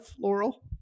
Laurel